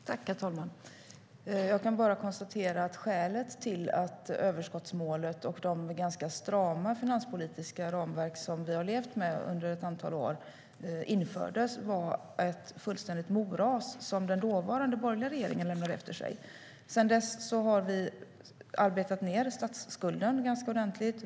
Herr ålderspresident! Jag kan bara konstatera att skälet till att överskottsmålet och de ganska strama finanspolitiska ramverk som vi har levt med under ett antal år infördes var det fullständiga moras som den dåvarande borgerliga regeringen lämnade efter sig. Sedan dess har vi arbetat ned statsskulden ganska ordentligt.